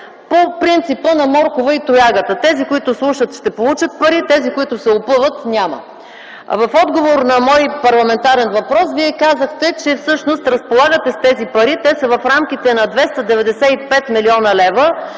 по принципа на моркова и тоягата – тези, които слушат ще получат пари, тези, които се опъват – няма. В отговор на мой парламентарен въпрос Вие казахте, че всъщност разполагате с тези пари, те са в рамките на 295 млн. лв.